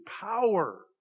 power